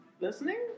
listening